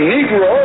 Negro